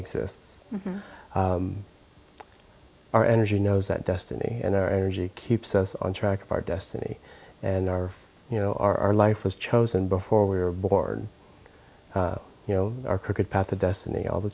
exists our energy knows that destiny in our energy keeps us on track of our destiny and our you know our life was chosen before we were born you know our crooked path of destiny all the